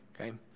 Okay